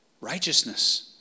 righteousness